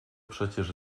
przecież